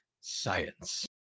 Science